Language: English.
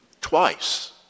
twice